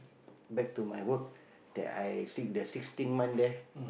back to my work that I the sixteen month there